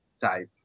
type